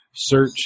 Search